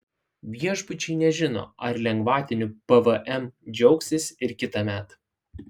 viešbučiai nežino ar lengvatiniu pvm džiaugsis ir kitąmet